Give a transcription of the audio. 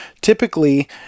typically